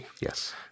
Yes